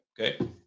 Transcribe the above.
Okay